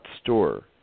.store